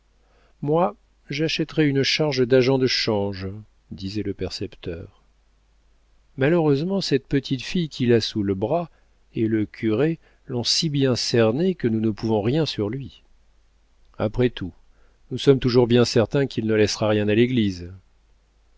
moi j'achèterais une charge d'agent de change disait le percepteur malheureusement cette petite fille qu'il a sous le bras et le curé l'ont si bien cerné que nous ne pouvons rien sur lui après tout nous sommes toujours bien certains qu'il ne laissera rien à l'église